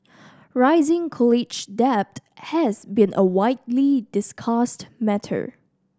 rising college debt has been a widely discussed matter